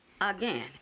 again